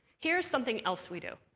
here's something else we do.